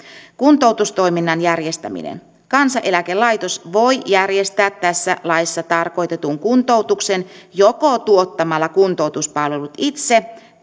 kuntoutustoiminnan järjestäminen kansaneläkelaitos voi järjestää tässä laissa tarkoitetun kuntoutuksen joko tuottamalla kuntoutuspalvelut itse